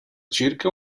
circa